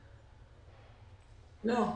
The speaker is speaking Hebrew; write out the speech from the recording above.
לא.